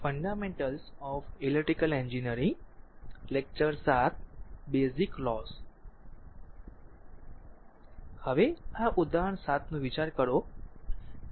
હવે આ ઉદાહરણ 7 નો વિચાર કરો